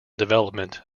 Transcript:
development